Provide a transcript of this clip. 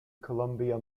columbia